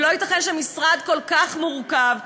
ולא ייתכן שמשרד כל כך מורכב,